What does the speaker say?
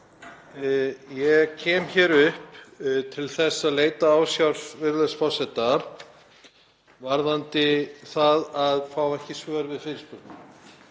Ég kem hér upp til að leita ásjár virðulegs forseta varðandi það að fá ekki svör við fyrirspurn.